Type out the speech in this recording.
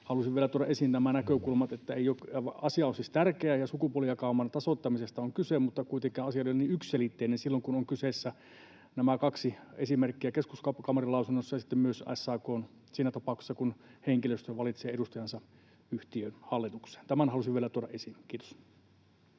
halusin vielä tuoda esiin nämä näkökulmat, että kuitenkaan asia ei ole niin yksiselitteinen silloin kun on kyseessä nämä kaksi esimerkkiä Keskuskauppakamarin lausunnossa ja SAK:n lausunnossa, eli siinä tapauksessa, kun henkilöstö valitsee edustajansa yhtiön hallitukseen. Tämän halusin vielä tuoda esiin. — Kiitos.